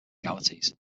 realities